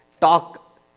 talk